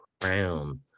crown